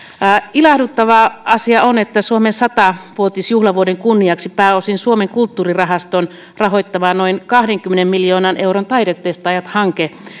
ilahduttava asia on että suomen satavuotisjuhlavuoden kunniaksi pääosin suomen kulttuurirahaston rahoittama noin kahdenkymmenen miljoonan euron taidetestaajat hanke